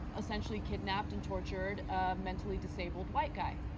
essentially kidnapped and tortured a mental disabled white guy.